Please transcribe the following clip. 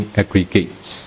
aggregates